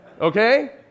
Okay